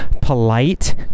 polite